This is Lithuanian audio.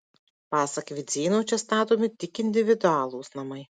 pasak vidzėno čia statomi tik individualūs namai